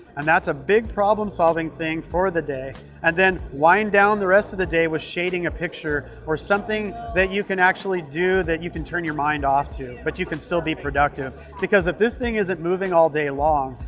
and that's a big problem-solving thing for the day and then wind down the rest of the day with shading a picture or something that you can actually do that you can turn your mind off to. but you can still be productive because if this thing isn't moving all day long,